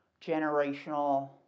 generational